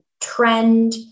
trend